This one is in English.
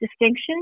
distinction